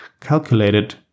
calculated